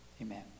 Amen